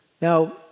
Now